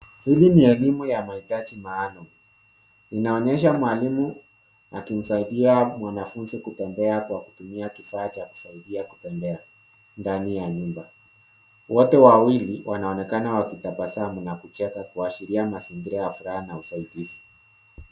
Hili ni elimu ya mahitaji maalum inaonyesha mwalimu akimsaidia mwanafunzi kutembea kwa kutumia kifaa cha kusaidia kutembea ndani ya nyumba. Wote wawili wanaonekana wakitabasamu na kucheka kuashiria mazingira ya furaha na usaidizi.